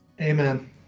Amen